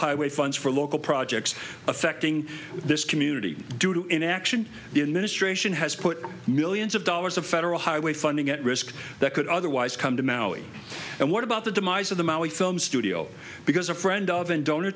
highway funds for local projects affecting this community due to inaction the administration has put millions of dollars of federal highway funding at risk that could otherwise come to maui and what about the demise of the maui film studio because a friend of an don